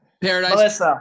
Paradise